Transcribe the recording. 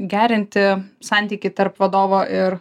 gerinti santykį tarp vadovo ir